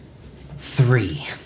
Three